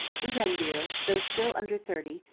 bougainville, though still under thirty,